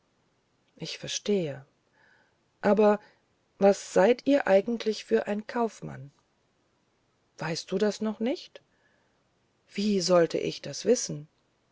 ich verstehe aber was seid ihr eigentlich für ein kaufmann weißt du das noch nicht wie sollte ich das wissen